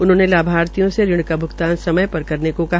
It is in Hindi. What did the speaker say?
उन्होंने लाभार्थियों से ऋण का भ्गतान समय पर करने को कहा